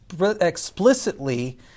explicitly